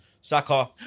Saka